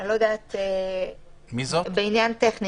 זה עניין טכנית.